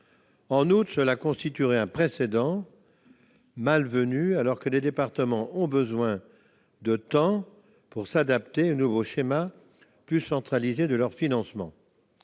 En outre, cela constituerait un précédent malvenu, alors que les départements ont besoin de temps pour s'adapter au nouveau schéma plus centralisé de leur financement.